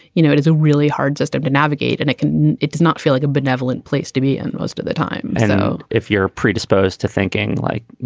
you know, it is a really hard system to navigate and it can it does not feel like a benevolent place to be. and most of the time so if you're predisposed to thinking like, you